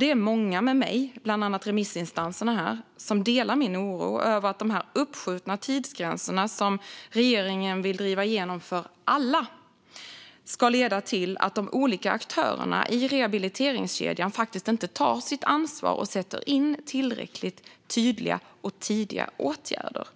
och många med mig, bland annat remissinstanserna här, är oroliga över att de uppskjutna tidsgränser som regeringen vill driva igenom för alla ska leda till att de olika aktörerna i rehabiliteringskedjan inte tar sitt ansvar och sätter in tillräckligt tydliga och tidiga åtgärder.